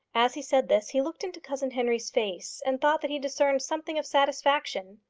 as he said this, he looked into cousin henry's face, and thought that he discerned something of satisfaction.